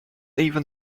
even